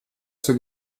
zur